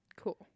Cool